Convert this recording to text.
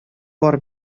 бар